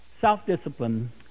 self-discipline